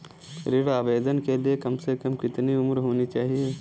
ऋण आवेदन के लिए कम से कम कितनी उम्र होनी चाहिए?